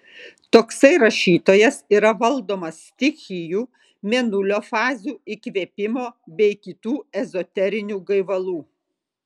toksai rašytojas yra valdomas stichijų mėnulio fazių įkvėpimo bei kitų ezoterinių gaivalų